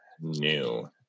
new